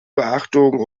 beachtung